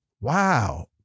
Wow